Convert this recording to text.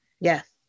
Yes